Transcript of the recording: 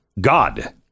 God